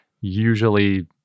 usually